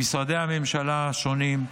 במשרדי הממשלה השונים,